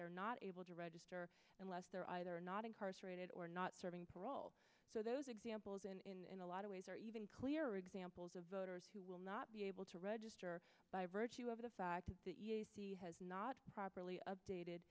they're not able to register unless they're either not incarcerated or not serving parole so those examples and in a lot of ways are even clearer examples of voters who will not be able to register by virtue of the fact has not properly updated